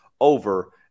over